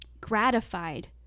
gratified